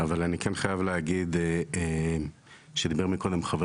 אבל אני כן חייב להגיד שדיבר מקודם חבר